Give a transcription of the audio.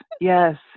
Yes